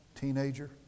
teenager